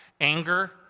anger